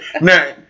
Now